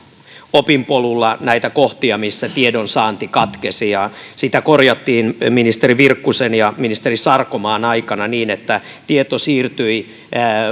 opinpolulla näitä kohtia missä tiedonsaanti katkesi sitä korjattiin ministeri virkkusen ja ministeri sarkomaan aikana niin että tieto siirtyi